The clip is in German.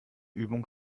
übung